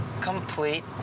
complete